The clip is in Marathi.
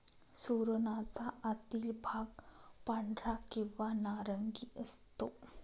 सुरणाचा आतील भाग पांढरा किंवा नारंगी असतो